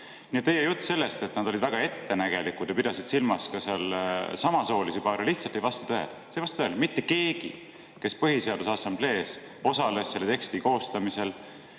Teie jutt sellest, et nad olid väga ettenägelikud ja pidasid silmas ka samasoolisi paare, lihtsalt ei vasta tõele. Seepärast, et mitte keegi, kes Põhiseaduse Assamblees osales, ei öelnud selle teksti koostamisel